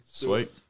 Sweet